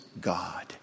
God